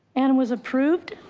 and was approved